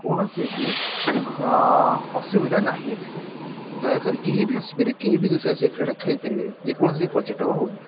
କୌଣସି ବି ଅସୁବିଧା ନାହିଁ ଏଥିରେ ଦୟାକରି କେହି ବି ଆସିପାରିବେ କେହିବି ଦୁଃସାହାସିକ କ୍ରୀଡ଼ା ଖେଳିପାରିବେ ଯେ କୌଣସି ବି ପର୍ଯ୍ୟଟକ ହେଉ